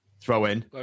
throw-in